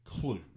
Clue